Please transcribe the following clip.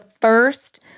first